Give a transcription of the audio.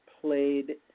played